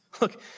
look